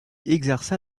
exerça